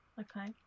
Okay